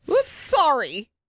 Sorry